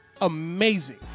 amazing